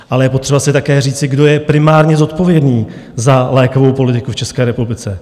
Ale je potřeba si také říci, kdo je primárně zodpovědný za lékovou politiku v České republice.